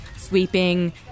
sweeping